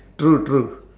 true true